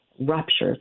ruptures